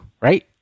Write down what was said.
Right